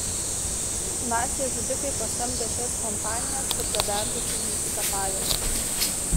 naciai žudikai pasamdė šias kompanijas kad gabentų kūnus į kapavietes